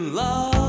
love